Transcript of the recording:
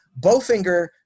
Bowfinger